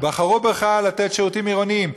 בחרו בך לתת שירותים עירוניים,